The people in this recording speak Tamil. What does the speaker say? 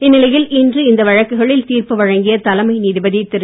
இந்நிலையில் இன்று இந்த வழக்குகளில் தீர்ப்பு வழங்கிய தலைமை நீதிபதி திரு